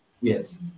Yes